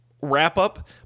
wrap-up